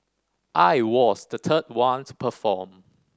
I was the third one to perform